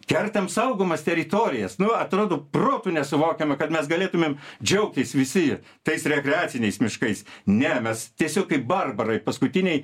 kertam saugomas teritorijas nu atrodo protu nesuvokiama kad mes galėtumėm džiaugtis visi tais rekreaciniais miškais ne mes tiesiog kaip barbarai paskutiniai